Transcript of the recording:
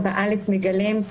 בוקר טוב לכולם.